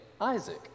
Isaac